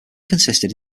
consisted